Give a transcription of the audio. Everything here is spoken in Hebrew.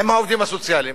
עם העובדים הסוציאליים,